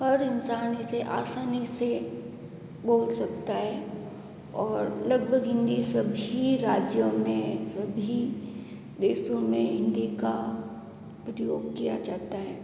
हर इंसान इसे आसानी से बोल सकता है और लगभग हिंदी सभी राज्यों में सभी देशों में हिंदी का प्रयोग किया जाता है